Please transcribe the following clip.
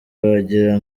wagira